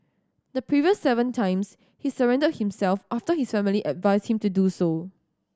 the previous seven times he surrendered himself after his family advised him to do so